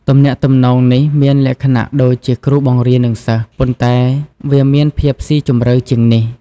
ទំនាក់ទំនងនេះមានលក្ខណៈដូចគ្រូបង្រៀននឹងសិស្ស ប៉ុន្តែវាមានភាពស៊ីជម្រៅជាងនេះ។